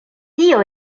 tio